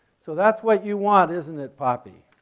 so that's what you want isn't it poppy?